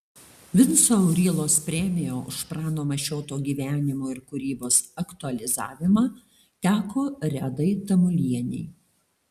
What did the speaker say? vinco aurylos premija už prano mašioto gyvenimo ir kūrybos aktualizavimą teko redai tamulienei